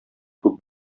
күп